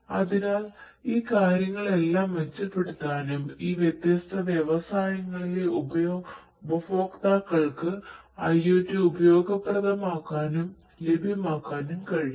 അതിനാൽ ഈ കാര്യങ്ങളെല്ലാം മെച്ചപ്പെടുത്താനും ഈ വ്യത്യസ്ത വ്യവസായങ്ങളിലെ ഉപഭോക്താക്കൾക്ക് IOTഉപയോഗപ്രദമാക്കാനും ലഭ്യമാക്കാനും കഴിയും